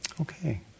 Okay